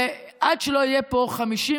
עד שלא יהיו פה 51%,